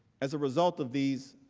as a result of these